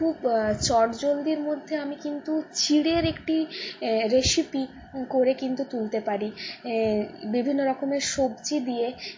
খুব চট জলদির মধ্যে আমি কিন্তু চিড়ের একটি রেসিপি করে কিন্তু তুলতে পারি বিভিন্ন রকমের সবজি দিয়ে